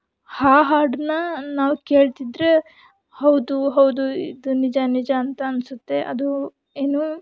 ಆ ಹಾಡನ್ನು ನಾವು ಕೇಳ್ತಿದ್ದರೆ ಹೌದು ಹೌದು ಇದು ನಿಜ ನಿಜ ಅಂತ ಅನಿಸುತ್ತೆ ಅದು ಏನು